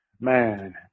Man